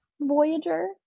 Voyager